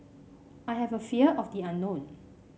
I have a fear of the unknown